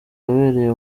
yabereye